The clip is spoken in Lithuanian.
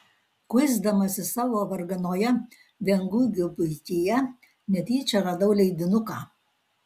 kuisdamasis savo varganoje viengungio buityje netyčia radau leidinuką